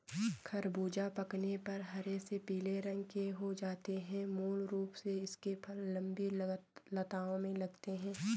ख़रबूज़ा पकने पर हरे से पीले रंग के हो जाते है मूल रूप से इसके फल लम्बी लताओं में लगते हैं